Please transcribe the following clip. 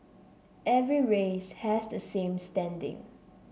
every race has the same standing